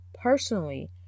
personally